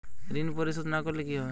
ঋণ পরিশোধ না করলে কি হবে?